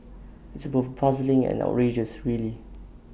it's both puzzling and outrageous really